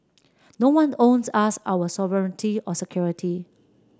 no one owes us our sovereignty or security